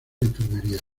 enfermería